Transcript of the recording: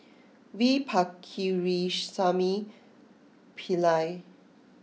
V Pakirisamy Pillai